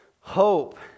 Hope